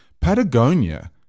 Patagonia